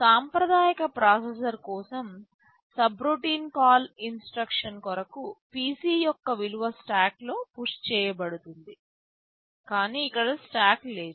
సాంప్రదాయిక ప్రాసెసర్ కోసం subroutine call instructions కొరకు PC యొక్క విలువ స్టాక్లో పుష్ చేయబడుతుంది కానీ ఇక్కడ స్టాక్ లేదు